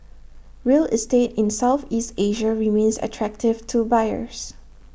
real estate in Southeast Asia remains attractive to buyers